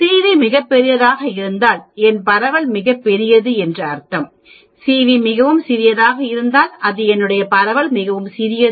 CV மிகப் பெரியதாக இருந்தால் என் பரவல் மிகப் பெரியது என்று அர்த்தம் CV மிகவும் சிறியதாக இருந்தால் அது என்னுடைய பரவல் மிகவும் சிறியது